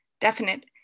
definite